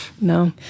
No